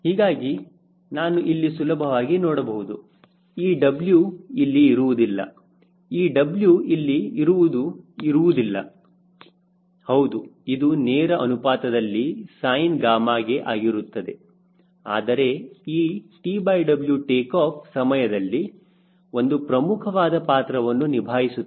ಹೀಗಾಗಿ ನಾನು ಇಲ್ಲಿ ಸುಲಭವಾಗಿ ನೋಡಬಹುದು ಈ W ಇಲ್ಲಿ ಇರುವುದಿಲ್ಲ ಈ W ಇಲ್ಲಿ ಇರುವುದು ಇರುವುದಿಲ್ಲ ಹೌದು ಇದು ನೇರ ಅನುಪಾತದಲ್ಲಿ ಸೈನ್ ಗಾಮಗೆ ಆಗಿರುತ್ತದೆ ಆದರೆ ಈ TW ಟೇಕಾಫ್ ಸಮಯದಲ್ಲಿ ಒಂದು ಪ್ರಮುಖವಾದ ಪಾತ್ರವನ್ನು ನಿಭಾಯಿಸುತ್ತದೆ